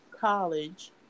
college